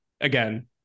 Again